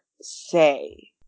say